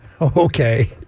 Okay